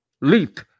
Leap